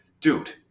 dude